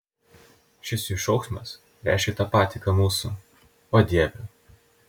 šis jų šauksmas reiškia tą patį ką mūsų o dieve